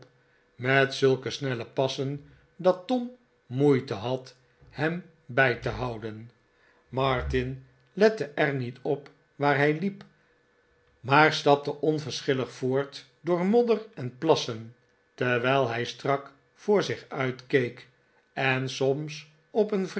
met zulke snelle passen dat tom moeite had hem bij te houden martin lette er niet op waar hij liep maar stapte onverschillig voort door modder en plassen terwijl hij strak voor zich uit keek en soms op een